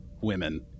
women